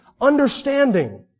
understanding